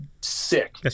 sick